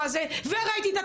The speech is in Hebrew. ראיתי.